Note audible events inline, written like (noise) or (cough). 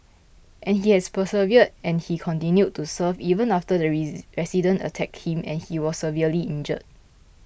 and he has persevered and he continued to serve even after the (unintelligible) resident attacked him and he was severely injured